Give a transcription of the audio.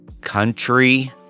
Country